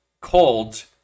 called